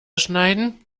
schneiden